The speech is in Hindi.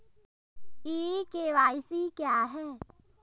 ई के.वाई.सी क्या है?